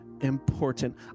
important